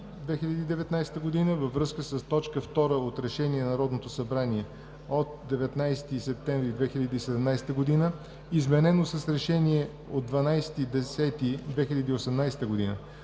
2019 г. във връзка с точка втора от Решение на Народното събрание от 19 септември 2017 г., изменено с Решение от 12 октомври 2018 г.,